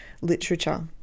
literature